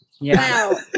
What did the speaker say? Wow